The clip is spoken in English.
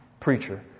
Preacher